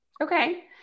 Okay